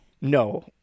no